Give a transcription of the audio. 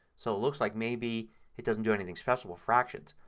so it looks like maybe it doesn't do anything special with fractions.